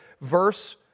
Verse